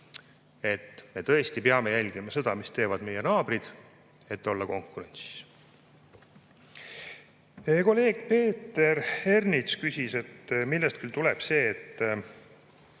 et me tõesti peame jälgima seda, mida teevad meie naabrid, et olla konkurentsis. Kolleeg Peeter Ernits küsis, millest küll tuleb see, et